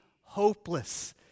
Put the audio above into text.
hopeless